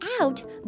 out